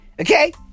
Okay